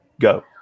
Go